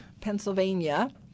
Pennsylvania